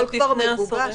הכול כבר מגובש,